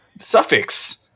suffix